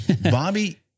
Bobby